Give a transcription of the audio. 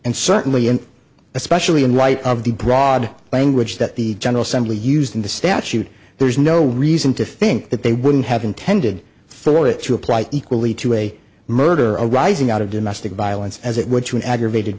and certainly and especially in light of the broad language that the general assembly used in the statute there's no reason to think that they wouldn't have intended for it to apply equally to a murder arising out of domestic violence as it were to an aggravated